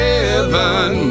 Heaven